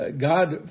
God